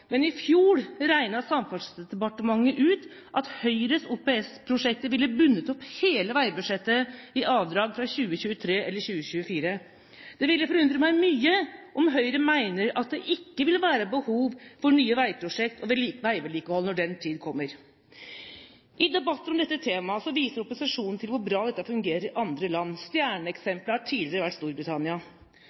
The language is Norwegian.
Men i fjor regnet Samferdselsdepartementet ut at Høyres OPS-prosjekter ville bundet opp hele veibudsjettet i avdrag fra 2023 eller 2024. Det ville forundre meg mye om Høyre mener at det ikke vil være behov for nye veiprosjekter og veivedlikehold når den tid kommer. I debatter om dette temaet viser opposisjonen til hvor bra dette fungerer i andre land. Stjerneeksemplet har tidligere vært Storbritannia.